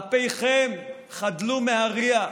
אפיכם חדלו מהריח?